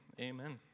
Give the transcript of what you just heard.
amen